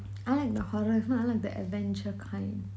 I like the horror if not I like the adventure kind